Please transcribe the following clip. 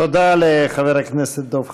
תודה לחבר הכנסת דב חנין.